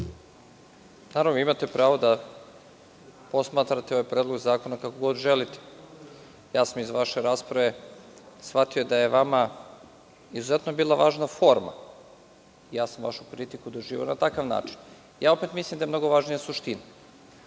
Naravno, imate pravo da posmatrate ovaj predlog zakona kako god želite. Ja sam iz vaše rasprave shvatio da je vama izuzetno bila važna forma. Vašu kritiku sam doživeo na takav način. Mislim da je mnogo važnija suština.